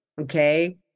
Okay